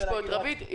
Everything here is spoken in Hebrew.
יש פה את רוית גרוס,